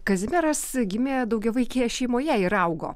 kazimieras gimė daugiavaikėje šeimoje ir augo